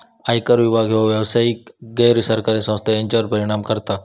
आयकर विभाग ह्यो व्यावसायिक, गैर सरकारी संस्था अश्यांवर परिणाम करता